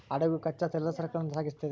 ಹಡಗು ಕಚ್ಚಾ ತೈಲದ ಸರಕುಗಳನ್ನ ಸಾಗಿಸ್ತೆತಿ